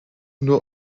nur